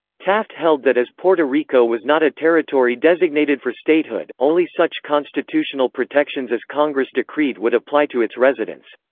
taft held that as puerto rico was not a territory designated for statehood, only such constitutional protections as congress decreed would apply to its residents.